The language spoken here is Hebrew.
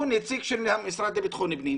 הוא הנציג של המשרד לבטחון פנים,